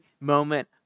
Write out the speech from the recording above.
moment